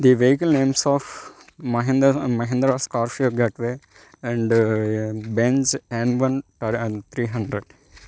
the vehicle names of Mahender and Mahindra of Scorpio getaway and Benz N one per an three hundred